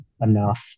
enough